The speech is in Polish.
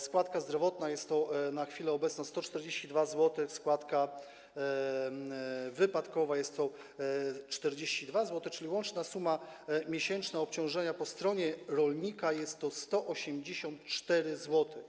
Składka zdrowotna jest to na chwilę obecną 142 zł, składka wypadkowa jest to 42 zł, czyli łączna suma miesięczna obciążenia po stronie rolnika jest to 184 zł.